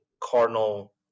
Cardinal